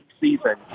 season